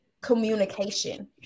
communication